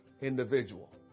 individual